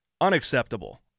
unacceptable